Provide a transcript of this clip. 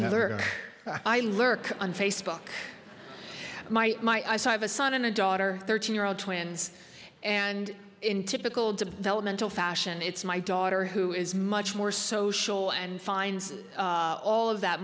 or my my i saw have a son and a daughter thirteen year old twins and in typical developmental fashion it's my daughter who is much more social and finds all of that